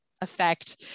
effect